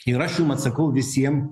ir aš jums atsakau visiem